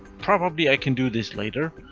probably i can do this later.